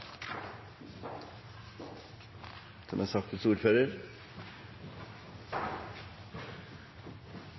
Som sakens ordfører